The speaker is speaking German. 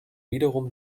wiederum